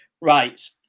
Right